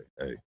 hey